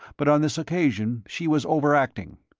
but on this occasion she was overacting.